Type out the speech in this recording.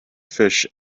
fish